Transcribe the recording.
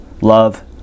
love